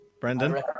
Brendan